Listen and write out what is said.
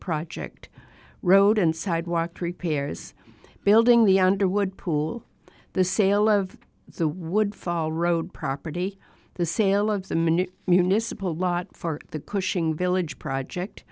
project road and sidewalk repairs building the underwood pool the sale of the wood fall road property the sale of the main municipal lot for the cushing village project